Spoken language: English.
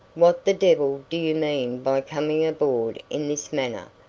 what the devil do you mean by coming aboard in this manner?